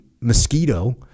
mosquito